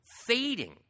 Fading